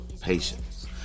patience